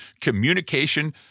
Communication